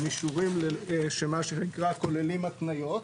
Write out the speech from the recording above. הם אישורים שמה שנקרא כולל התניות,